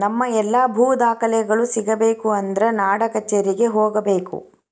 ನಮ್ಮ ಎಲ್ಲಾ ಭೂ ದಾಖಲೆಗಳು ಸಿಗಬೇಕು ಅಂದ್ರ ನಾಡಕಛೇರಿಗೆ ಹೋಗಬೇಕು